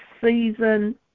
season